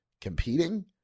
competing